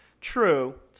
True